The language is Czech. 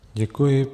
Děkuji.